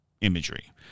imagery